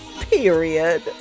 period